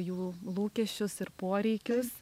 jų lūkesčius ir poreikius